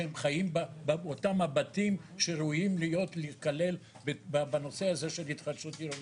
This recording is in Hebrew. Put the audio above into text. שהם חיים באותם הבתים שראויים להיכלל בנושא הזה של התחדשות עירונית.